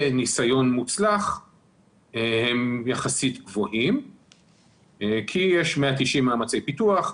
ניסיון מוצלח הם יחסית גבוהים כי יש 190 מאמצי פיתוח,